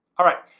alright,